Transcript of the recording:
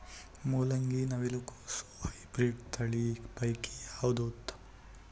ಮೊಲಂಗಿ, ನವಿಲು ಕೊಸ ಹೈಬ್ರಿಡ್ಗಳ ತಳಿ ಪೈಕಿ ಯಾವದು ಉತ್ತಮ?